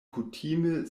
kutime